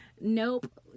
Nope